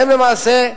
למעשה,